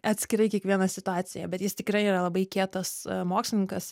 atskirai kiekvieną situaciją bet jis tikrai yra labai kietas mokslininkas